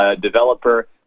developer